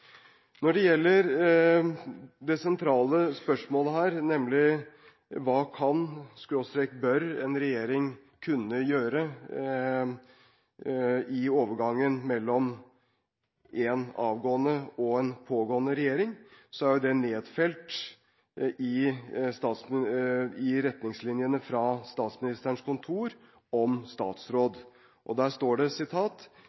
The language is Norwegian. Når det gjelder det sentrale spørsmålet her, nemlig hva en regjering kan/bør gjøre i overgangen mellom en avgående og en påtroppende regjering, er det nedfelt i Retningslinjer Om statsråd fra Statsministerens kontor.